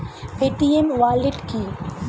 Paytm wallet কি?